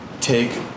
take